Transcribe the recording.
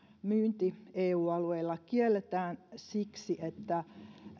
myynti eu alueella kielletään siksi että